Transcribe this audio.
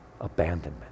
abandonment